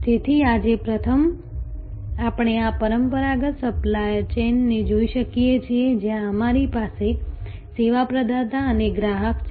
તેથી આજે પ્રથમ આપણે આ પરંપરાગત સપ્લાય ચેઇનને જોઈ શકીએ છીએ જ્યાં અમારી પાસે સેવા પ્રદાતા અને ગ્રાહક છે